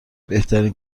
بهترین